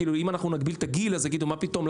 כאילו אם אנחנו נגביל את הגיל אז יגידו מה פתאום,